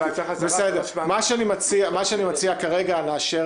מה שאני מציע, כרגע נאשר